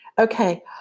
Okay